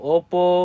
Oppo